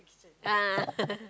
ah